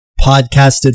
Podcasted